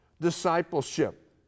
discipleship